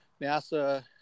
NASA